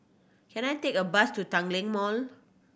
can I take a bus to Tanglin Mall